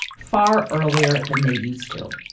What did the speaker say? far earlier than they used to.